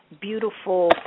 beautiful